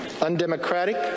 undemocratic